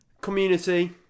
Community